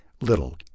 little